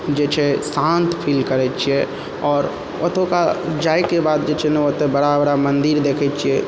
जे छै शान्त फील करै छियै आओर ओतुका जाइके बाद जे छै ने ओतय बड़ा बड़ा मन्दिर देखै छियै